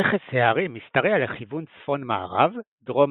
רכס ההרים משתרע לכיוון צפון-מערב - דרום-מזרח,